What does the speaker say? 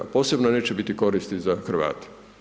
Posebno neće biti koristi za Hrvate.